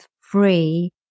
free